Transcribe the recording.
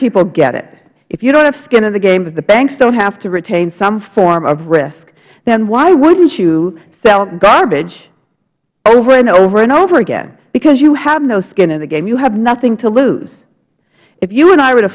people get it if you don't have skin in the game if the banks don't have to retain some form of risk then why wouldn't you sell garbage over and over and over again because you have no skin in the game you have nothing to lose if you and i were to